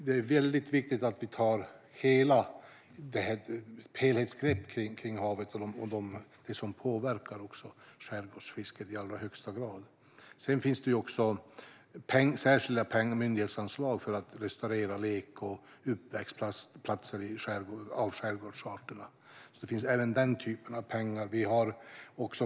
Det är väldigt viktigt att vi tar ett helhetsgrepp kring havet och det som i allra högsta grad påverkar skärgårdsfisket. Det finns också ett myndighetsanslag för att restaurera lek och uppväxtplatser för skärgårdsarterna.